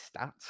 stats